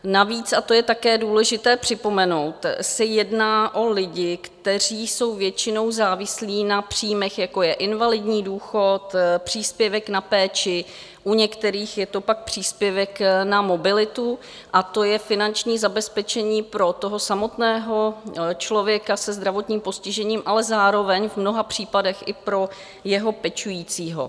Navíc, a to je také důležité připomenout, se jedná o lidi, kteří jsou většinou závislí na příjmech, jako je invalidní důchod, příspěvek na péči, u některých je to pak příspěvek na mobilitu, a to je finanční zabezpečení pro toho samotného člověka se zdravotním postižením, ale zároveň v mnoha případech i pro jeho pečujícího.